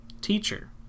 teacher